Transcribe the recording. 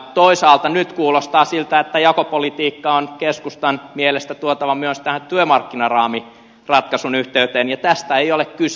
toisaalta nyt kuulostaa siltä että jakopolitiikka on keskustan mielestä tuotava myös tähän työmarkkinaraamiratkaisun yhteyteen ja tästä ei ole kyse